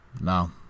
No